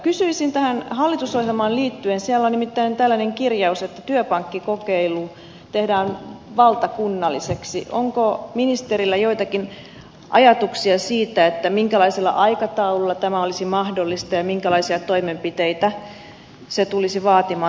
kysyisin tähän hallitusohjelmaan liittyen siellä on nimittäin tällainen kirjaus että työpankkikokeilu tehdään valtakunnalliseksi onko ministerillä joitakin ajatuksia siitä minkälaisella aikataululla tämä olisi mahdollista ja minkälaisia toimenpiteitä se tulisi vaatimaan